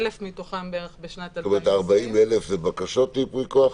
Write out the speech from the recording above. בערך 1,000 מתוכם בשנת 2020 --- 40,000 זה בקשות לייפויי כוח?